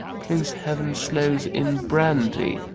please heaven, sloes in brandy.